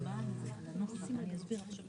הצבעה הרוויזיה לא אושרה.